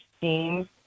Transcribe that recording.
team –